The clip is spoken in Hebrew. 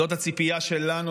זאת הציפייה שלנו,